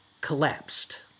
collapsed